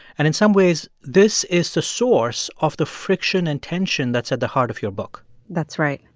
and in some ways, this is the source of the friction and tension that's at the heart of your book that's right.